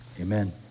Amen